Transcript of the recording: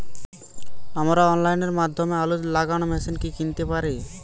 আমরা অনলাইনের মাধ্যমে আলু লাগানো মেশিন কি কিনতে পারি?